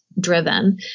driven